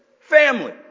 family